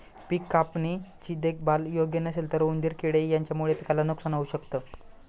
पिक कापणी ची देखभाल योग्य नसेल तर उंदीर किडे यांच्यामुळे पिकाला नुकसान होऊ शकत